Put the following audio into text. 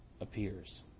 appears